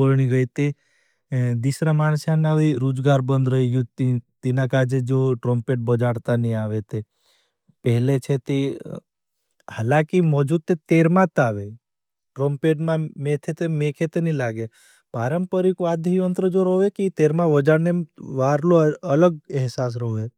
बोनी गईते। दिसरा मानसेन नावी रूजगार बंद रही हूँ। तीना काजे जो ट्रॉम्पेट बजाडता नी आवे थे। पहले छेती, हलाकि मजुत ते तेर मात आवे। ट्रॉम्पेट मा मेथे ते मेखे ते नी लागे। परमपरिक वाद्धी वंतर जो रोगे, तेर मा वजाडने में वारलो अलग एहसास रोगे।